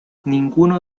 ninguno